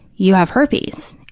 you have herpes.